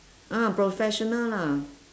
ah professional lah